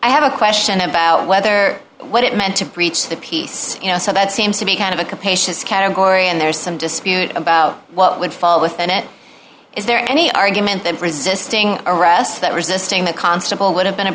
i have a question about whether what it meant to breach the peace you know so that seems to be kind of a capacious category and there's some dispute about what would fall within it is there any argument that resisting arrest that resisting the constable would have been a